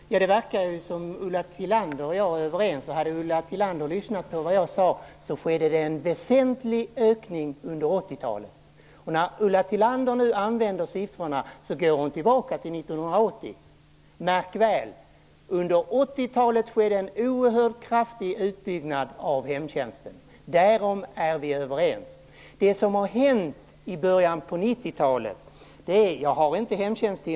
Herr talman! Det verkar som att Ulla Tillander och jag är överens. Om Ulla Tillander lyssnat till mig, hade hon hört att jag sade att det skedde en väsentlig ökning under 80-talet. När Ulla Tillander nu använder siffror går hon tillbaka till 1980. Märk väl: Under 80-talet skedde en oerhört kraftig utbyggnad av hemtjänsten. Därom är vi överens. Det som har hänt i början på 90-talet är något annat.